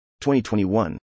2021